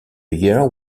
year